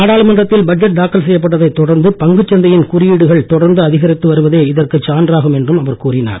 நாடாளுமன்றத்தில் பட்ஜெட் தாக்கல் செய்யப்பட்டதைத் தொடர்ந்து பங்குச் சந்தையின் குறியீடுகள் தொடர்ந்து அதிகரித்து வருவதே இதற்கு சான்றாகும் என்றும் கூறினார்